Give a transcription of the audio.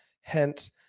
Hence